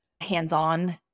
hands-on